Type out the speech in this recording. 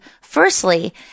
firstly